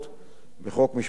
בחוק משפחות חיילים.